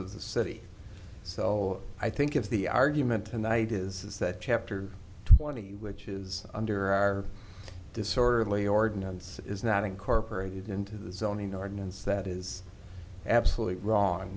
of the city so i think if the argument tonight is that chapter twenty which is under our disorderly ordinance is not incorporated into the zoning ordinance that is absolutely wrong